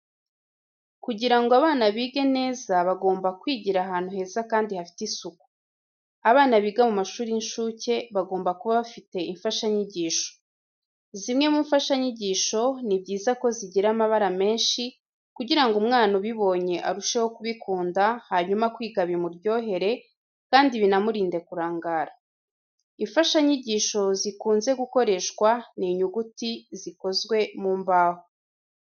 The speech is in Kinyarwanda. Kugira ngo abana bige neza bagomba kwigira ahantu heza kandi hafite isuku. Abana biga mu mashuri y'incuke bagomba kuba bafite imfashanyigisho. Zimwe mu mfashanyigisho, ni byiza ko zigira amabara menshi kugira ngo umwana ubibonye arusheho kubikunda hanyuma kwiga bimuryohere, kandi binamurinde kurangara. Imfashanyigisho zikunze gukoresha ni inyuguti zikozwe mu mbaho.